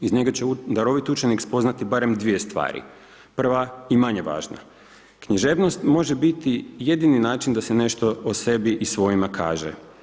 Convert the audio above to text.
Iz njega će daroviti učenik, spoznati barem 2 stvari, prva i manje važna, književnost može biti jedini način da se nešto o sebi i svojima kaže.